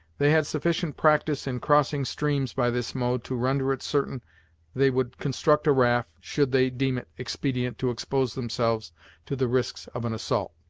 they had sufficient practice in crossing streams by this mode to render it certain they would construct a raft, should they deem it expedient to expose themselves to the risks of an assault.